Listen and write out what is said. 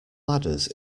ladders